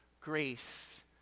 Grace